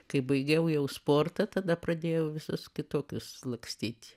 kai baigiau jau sportą tada pradėjau visus kitokius lakstyt